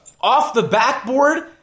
off-the-backboard